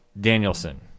Danielson